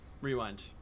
Rewind